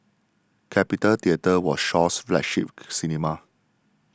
Capitol Theatre was Shaw's flagship cinema